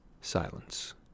Silence